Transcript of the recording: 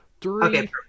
three